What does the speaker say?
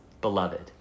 beloved